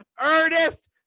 Ernest